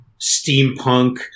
steampunk